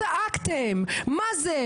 צעקתם: מה זה?